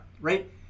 right